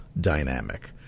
dynamic